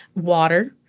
Water